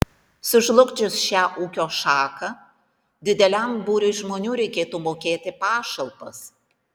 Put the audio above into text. sužlugdžius šią ūkio šaką dideliam būriui žmonių reikėtų mokėti pašalpas